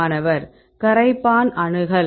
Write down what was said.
மாணவர் கரைப்பான் அணுகல்